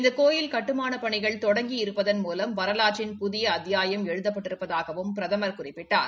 இந்த கோவில் கட்டுமானப் பணிகள் தொடங்கியிருப்பதன் மூலம் வரலாற்றின் புதிய அத்தியாயம் எழுதப்பட்டிருப்பதாகவும் பிரதமர் குறிப்பிட்டார்